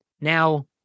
Now